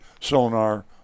sonar